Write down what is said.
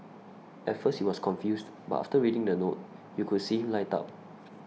at first he was confused but after reading the note you could see him light up